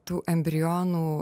tų embrionų